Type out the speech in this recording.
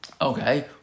Okay